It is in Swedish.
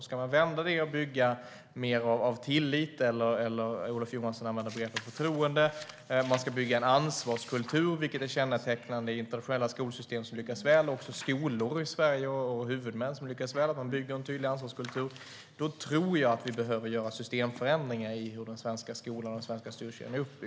Ska man vända det och bygga mer av tillit - Olof Johansson använde begreppet förtroende - och bygga en ansvarskultur, vilket är kännetecknande för internationella skolsystem som lyckas väl liksom skolor och huvudmän i Sverige som lyckas väl, tror jag att vi behöver göra systemförändringar i uppbyggnaden av den svenska skolan och den svenska styrkedjan.